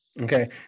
Okay